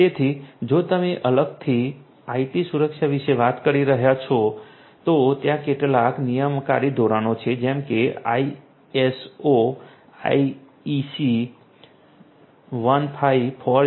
તેથી જો તમે અલગથી આઇટી સુરક્ષા વિશે વાત કરી રહ્યા છો તો ત્યાં કેટલાક નિયમનકારી ધોરણો છે જેમ આઇએસઓ આઈસીઆઈ 154083